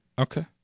okay